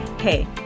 hey